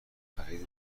خرید